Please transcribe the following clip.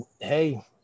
hey